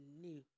new